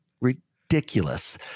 ridiculous